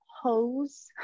hose